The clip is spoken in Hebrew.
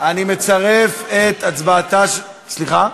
אני מצרף את הצבעתה של, סליחה?